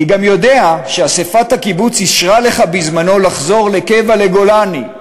אני גם יודע שאספת הקיבוץ אישרה לך בזמנו לחזור לקבע לגולני,